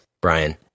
Brian